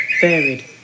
varied